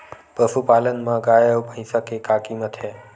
पशुपालन मा गाय अउ भंइसा के का कीमत हे?